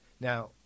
Now